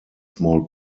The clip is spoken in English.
small